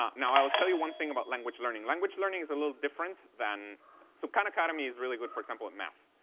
now, i will tell you one thing about language learning. language learning is a little different than so khan academy is really good, for example, at math.